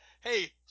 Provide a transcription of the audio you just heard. hey